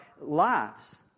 lives